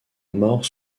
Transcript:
mort